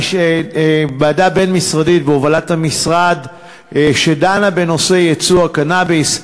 ועדה בין-משרדית בהובלת המשרד שדנה בנושא ייצוא קנאביס,